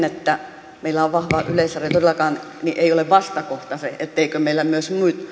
että meillä on vahva yleisradio ei todellakaan ole vastakohta se etteikö meillä myös